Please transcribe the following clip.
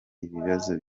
ibibazo